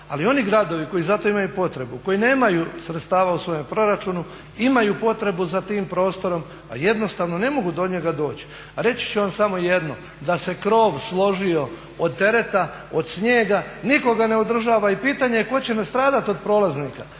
Ali oni gradovi koji za to imaju potrebu, koji nemaju sredstava u svojem proračunu imaju potrebu za tim prostorom, a jednostavno ne mogu do njega doći. A reći ću vam samo jedno, da se krov složio od tereta, od snijega, nitko ga ne održava i pitanje je tko će nastradati od prolaznika.